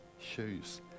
shoes